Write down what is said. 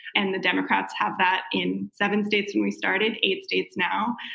and the democrats have that in seven states when we started, eight states now.